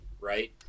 right